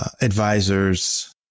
advisors